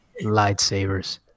Lightsabers